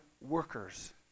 workers